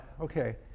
okay